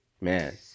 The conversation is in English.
man